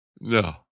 No